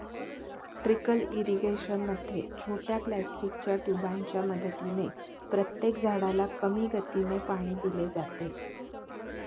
trickle irrigation मध्ये छोट्या प्लास्टिकच्या ट्यूबांच्या मदतीने प्रत्येक झाडाला कमी गतीने पाणी दिले जाते